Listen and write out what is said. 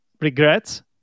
regrets